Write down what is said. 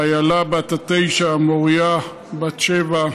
איילה, בת תשע, מוריה, בת שבע,